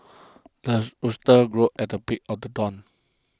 the rooster crows at the break of the dawn